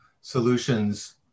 solutions